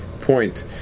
point